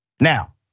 Now